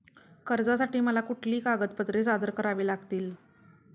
कर्जासाठी मला कुठली कागदपत्रे सादर करावी लागतील?